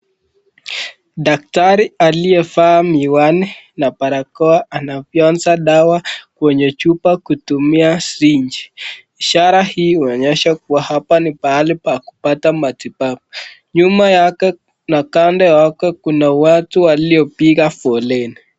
Daktari aliyefaa miwani na barakoa dawa anafyonza kwenye chupa kutumia sirinji, ishara hii inaonyesha kuwa hapa ni pahali pa kupata matibabu nyuma yake na kando yake kuna watu waliopiga foleni.